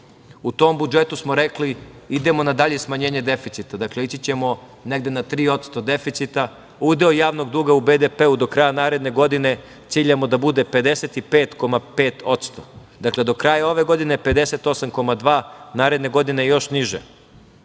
U tom budžetu smo rekli da idemo na dalje smanjenje deficita. Dakle, ići ćemo negde na 3% deficita. Udeo javnog duga u BDP do kraja naredne godine ciljamo da bude 55,5%. Do kraja ove godine je 58,2%, naredne godine još niže,